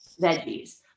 veggies